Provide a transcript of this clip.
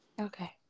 okay